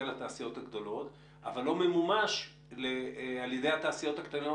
לתעשיות הגדולות אבל לא ממומש עי ידי התעשיות הקטנות